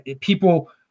people –